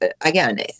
again